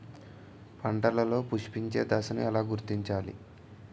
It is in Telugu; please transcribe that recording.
పంటలలో పుష్పించే దశను ఎలా గుర్తించాలి?